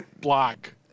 Block